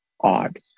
odd